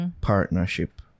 partnership